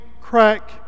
crack